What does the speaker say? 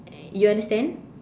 you understand